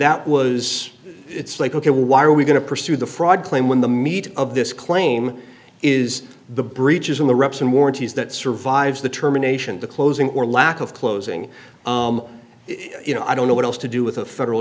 that was it's like ok why are we going to pursue the fraud claim when the meat of this claim is the breaches in the reps and warranties that survives the terminations the closing or lack of closing in you know i don't know what else to do with a federal